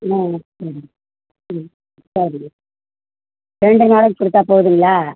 ஆ சரி ம் சரி ரெண்டு நாளை கொடுத்தா போதுங்களா